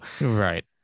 Right